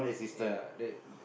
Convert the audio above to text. ya the